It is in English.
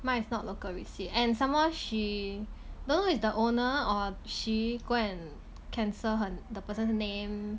mine is not local receipt and somemore she don't know is the owner or she go and cancel her the person's name